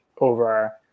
over